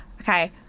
okay